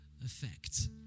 effect